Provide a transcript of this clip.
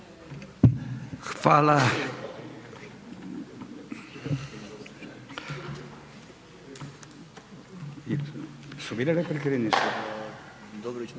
Hvala.